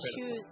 choose